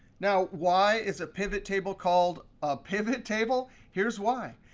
now, why is a pivottable called a pivottable? here's why.